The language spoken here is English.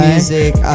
Music